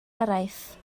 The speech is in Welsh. araith